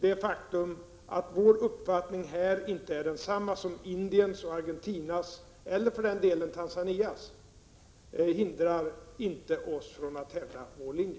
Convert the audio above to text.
Det faktum att vår uppfattning här inte är densamma som Indiens och Argentinas, eller för den delen Tanzanias, hindrar inte oss från att hävda vår linje.